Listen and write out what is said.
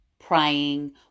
praying